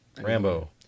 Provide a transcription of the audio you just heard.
rambo